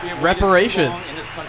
Reparations